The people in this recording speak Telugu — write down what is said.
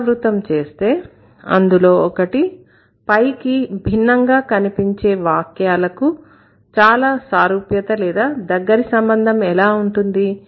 పునరావృతం చేస్తే అందులో ఒకటి పైకి భిన్నంగా కనిపించే వాక్యాలకు చాలా సారూప్యత లేదా దగ్గరి సంబంధం ఎలా ఉంటుంది